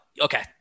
Okay